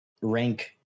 rank